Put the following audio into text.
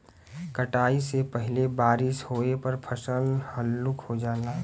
कटाई से पहिले बारिस होये पर फसल हल्लुक हो जाला